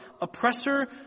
oppressor